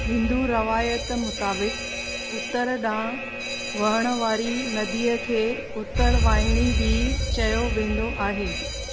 हिंदू रवायत मुताबिक़ उतर ॾांहुं वहण वारी नदीअ खे उतरवाहिणी बि चयो वेंदो आहे